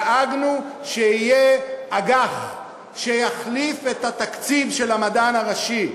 דאגנו שיהיה אג"ח שיחליף את התקציב של המדען הראשי,